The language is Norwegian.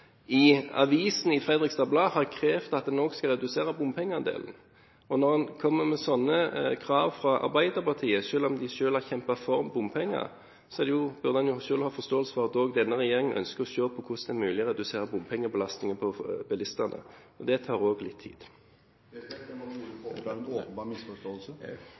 i avisen Fredriksstad Blad har krevd at en også skal redusere bompengeandelen. Når en kommer med sånne krav fra Arbeiderpartiet – når de selv har kjempet for bompenger – bør man ha forståelse for at også denne regjeringen ønsker å se på hvordan det er mulig å redusere bompengebelastningen på bilistene, og det tar også litt tid. Jeg må få ordet for å oppklare en åpenbar misforståelse.